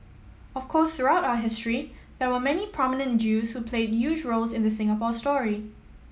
of course throughout our history there were many prominent Jews who played huge roles in the Singapore story